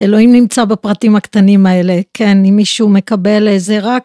אלוהים נמצא בפרטים הקטנים האלה, כן, אם מישהו מקבל איזה רק...